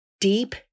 deep